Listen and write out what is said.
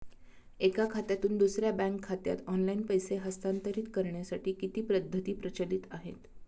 एका खात्यातून दुसऱ्या बँक खात्यात ऑनलाइन पैसे हस्तांतरित करण्यासाठी किती पद्धती प्रचलित आहेत?